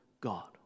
God